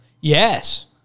Yes